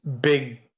big